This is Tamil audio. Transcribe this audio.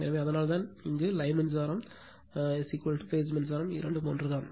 எனவே அதனால்தான் இந்த லைன் மின்சாரம் இதேபோல் பேஸ் மின்சாரம் இரண்டும் ஒன்றுதான்